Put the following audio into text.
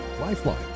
Lifeline